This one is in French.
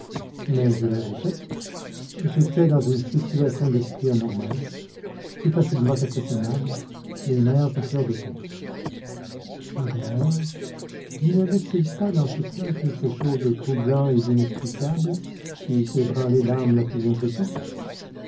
mais je le répète j'étais dans une situation d'esprit anormale plus facilement impressionnable les nerfs à fleur de peau et d'ailleurs n'y avait-il pas dans tout cela quelque chose de troublant et d'inexplicable qui eût ébranlé l'âme du plus intrépide